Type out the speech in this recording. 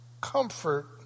comfort